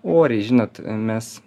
oriai žinot mes